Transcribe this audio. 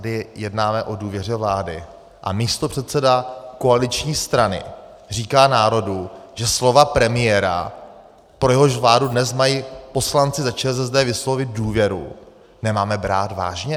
My tady jednáme o důvěře vládě a místopředseda koaliční strany říká národu, že slova premiéra, pro jehož vládu dnes mají poslanci za ČSSD vyslovit důvěru, nemáme brát vážně?